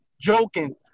joking